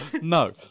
No